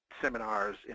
seminars